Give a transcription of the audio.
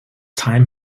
time